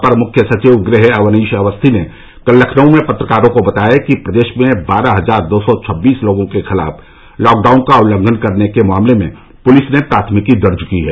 अपर मुख्य सचिव गृह अवनीश अवस्थी ने कल लखनऊ में पत्रकारों को बताया कि प्रदेश में बारह हजार दो सौ छब्बीस लोगों के खिलाफ लॉकडाउन का उल्लंघन करने के मामले में पुलिस ने प्राथमिकी दर्ज की है